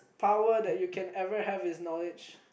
power that you can ever have is knowledge